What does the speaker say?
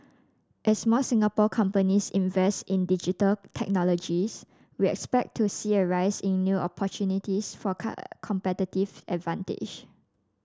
as more Singapore companies invest in Digital Technologies we expect to see a rise in new opportunities for competitive advantage